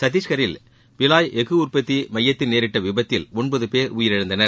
சத்தீஷ்கரில் பிலாய் எஃகு உற்பத்தி மையத்தில் நேரிட்ட விபத்தில் ஒன்பது பேர் உயிரிழந்தனர்